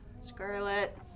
Scarlet